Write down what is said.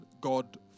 God